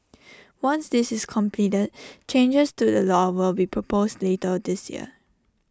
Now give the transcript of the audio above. once this is completed changes to the law will be proposed later this year